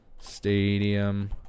Stadium